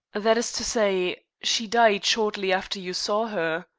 that is to say, she died shortly after you saw her.